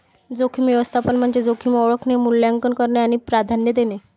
जोखीम व्यवस्थापन म्हणजे जोखीम ओळखणे, मूल्यांकन करणे आणि प्राधान्य देणे